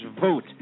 vote